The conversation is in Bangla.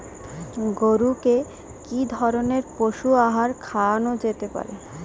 গরু কে কি ধরনের পশু আহার খাওয়ানো যেতে পারে?